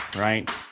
right